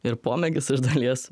ir pomėgis iš dalies